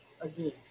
again